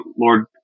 Lord